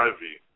Ivy